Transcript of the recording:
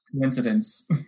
Coincidence